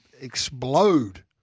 Explode